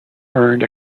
earned